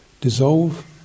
dissolve